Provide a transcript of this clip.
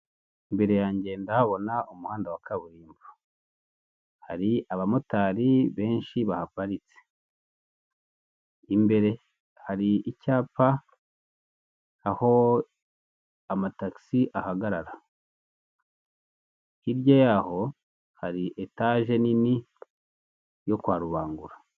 Imbere yanjye ndahabona umuhanda wa kaburimbo hari abamotari benshi bahaparitse imbere hari icyapa aho amatagisi ahagarara hirya yaho hari etage nini yo kwa rubangura.